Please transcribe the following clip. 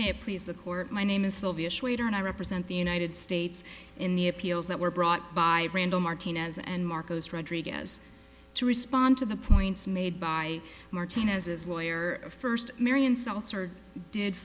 you please the court my name is sylvia schrader and i represent the united states in the appeals that were brought by randal martinez and marcos rodriguez to respond to the points made by martinez's lawyer first marion seltzer did